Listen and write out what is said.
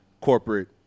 corporate